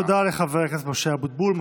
תודה לחבר הכנסת משה אבוטבול.